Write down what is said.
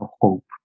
hope